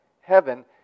heaven